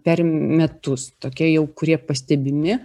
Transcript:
per metus tokie jau kurie pastebimi